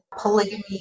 polygamy